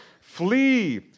flee